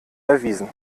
erwiesen